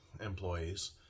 employees